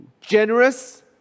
generous